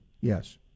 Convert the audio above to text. Yes